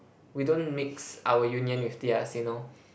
we don't mix our union with theirs you know